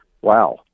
wow